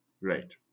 Right